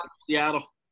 Seattle